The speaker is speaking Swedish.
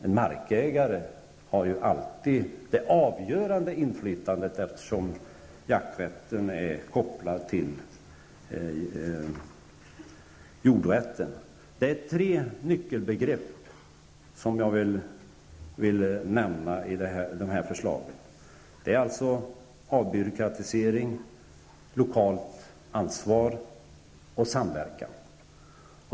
En markägare har ju alltid det avgörande inflytandet eftersom jakträtten är kopplad till jordrätten. Detta är de tre nyckelbegrepp som jag vill nämna i de här förslagen. Det gäller alltså avbyråkratisering, lokalt ansvar och samverkan.